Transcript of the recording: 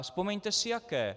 Vzpomeňte si jaké.